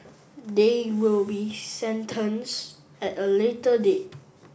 they will be sentence at a later date